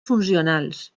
funcionals